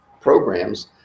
programs